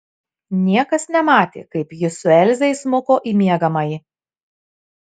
niekas nematė kaip jis su elze įsmuko į miegamąjį